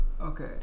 Okay